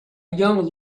young